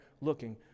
looking